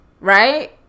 right